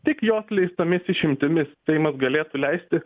tik jos leistomis išimtimis seimas galėtų leisti